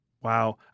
Wow